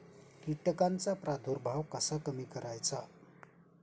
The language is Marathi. कीटकांचा प्रादुर्भाव कसा कमी करायचा?